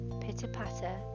pitter-patter